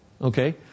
Okay